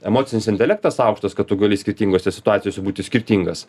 emocinis intelektas aukštas kad tu gali skirtingose situacijose būti skirtingas